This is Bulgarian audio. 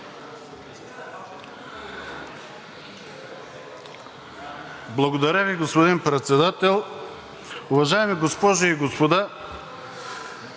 Благодаря Ви, господин Председател. Уважаеми госпожи и господа!